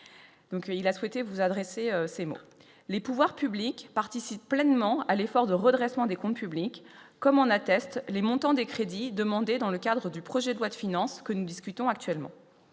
il a souhaité vous adresser ses mots, les pouvoirs publics participent pleinement à l'effort de redressement des comptes publics, comme en attestent les montants des crédits demandés dans le cadre du projet de loi de finances que nous discutons actuellement